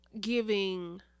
giving –